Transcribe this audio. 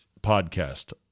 podcast